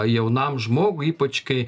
jaunam žmogui ypač kai